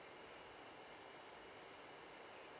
uh